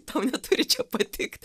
tau neturi čia patikt